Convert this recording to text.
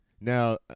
Now